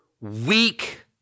weak